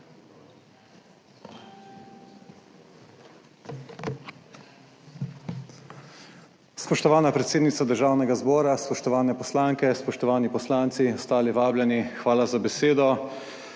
Spoštovana predsednica Državnega zbora, spoštovane poslanke, spoštovani poslanci, ostali vabljeni! Hvala za besedo.